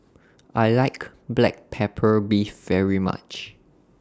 I like Black Pepper Beef very much